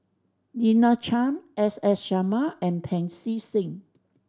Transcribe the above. Lina Chiam S S Sarma and Pancy Seng